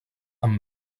amb